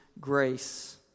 grace